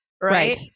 Right